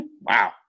Wow